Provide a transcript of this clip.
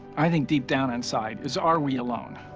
i think, deep down inside, is are we alone?